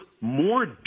more